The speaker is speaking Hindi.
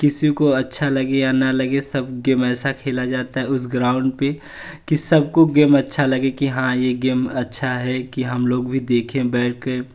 किसी को अच्छा लगे या ना लगे सब गेम ऐसा खेला जाता है उस ग्राउंड पर कि सबको गेम अच्छा लगे कि हाँ यह गेम अच्छा है कि हम लोग भी देखें बैठकर